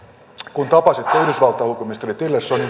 kun tapasitte yhdysvaltojen ulkoministeri tillersonin